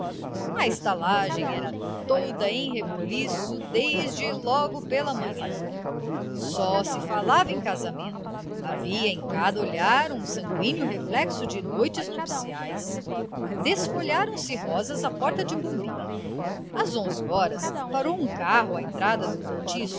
a estalagem era toda em rebuliço desde logo pela manhã só se falava em casamento havia em cada olhar um sangüíneo reflexo de noites nupciais desfolharam se rosas à porta da pombinha às onze horas parou um carro à entrada do cortiço com